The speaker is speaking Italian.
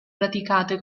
praticate